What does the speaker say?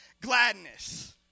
gladness